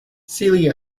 celia